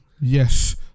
yes